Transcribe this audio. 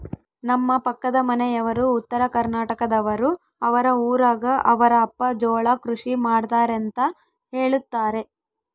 ನಮ್ಮ ಪಕ್ಕದ ಮನೆಯವರು ಉತ್ತರಕರ್ನಾಟಕದವರು, ಅವರ ಊರಗ ಅವರ ಅಪ್ಪ ಜೋಳ ಕೃಷಿ ಮಾಡ್ತಾರೆಂತ ಹೇಳುತ್ತಾರೆ